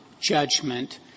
judgment